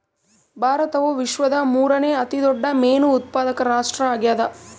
ಭಾರತವು ವಿಶ್ವದ ಮೂರನೇ ಅತಿ ದೊಡ್ಡ ಮೇನು ಉತ್ಪಾದಕ ರಾಷ್ಟ್ರ ಆಗ್ಯದ